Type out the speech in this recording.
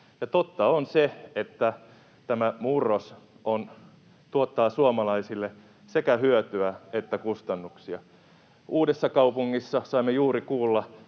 Totta on se, että tämä murros tuottaa suomalaisille sekä hyötyä että kustannuksia. Uudessakaupungissa saimme juuri kuulla,